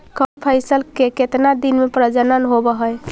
कौन फैसल के कितना दिन मे परजनन होब हय?